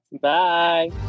Bye